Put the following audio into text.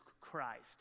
Christ